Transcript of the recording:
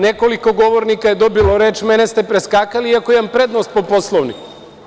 Nekoliko govornika je dobilo reč a mene ste preskakali, iako imam prednost po Poslovniku.